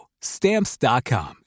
Stamps.com